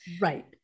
Right